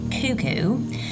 cuckoo